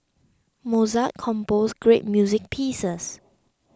Mozart composed great music pieces